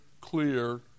clear